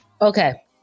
Okay